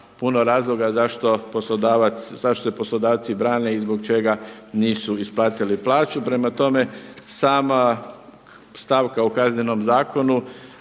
poslodavac, zašto je poslodavci brane i zbog čega nisu isplatili plaću. Prema tome, sama stavka u kaznenom zakonu